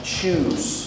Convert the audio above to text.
choose